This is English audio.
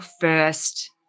first